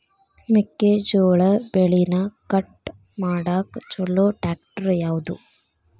ಮೆಕ್ಕೆ ಜೋಳ ಬೆಳಿನ ಕಟ್ ಮಾಡಾಕ್ ಛಲೋ ಟ್ರ್ಯಾಕ್ಟರ್ ಯಾವ್ದು?